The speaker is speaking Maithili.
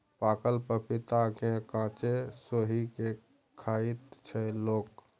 पाकल पपीता केँ कांचे सोहि के खाइत छै लोक